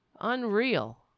unreal